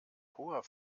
hoher